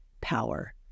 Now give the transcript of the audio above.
power